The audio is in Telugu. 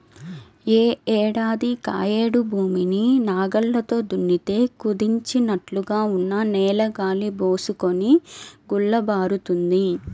యే ఏడాదికాయేడు భూమిని నాగల్లతో దున్నితే కుదించినట్లుగా ఉన్న నేల గాలి బోసుకొని గుల్లబారుతుంది